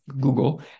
Google